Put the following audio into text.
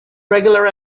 regular